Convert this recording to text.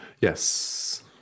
Yes